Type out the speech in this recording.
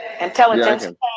Intelligence